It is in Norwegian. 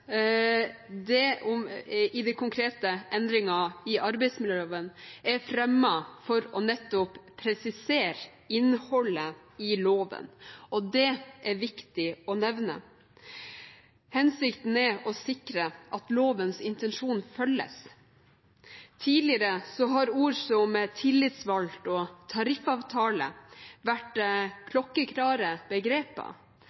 om konkrete endringer i arbeidsmiljøloven er fremmet for nettopp å presisere innholdet i loven, og det er det viktig å nevne. Hensikten er å sikre at lovens intensjon følges. Tidligere har ord som «tillitsvalgt» og «tariffavtale» vært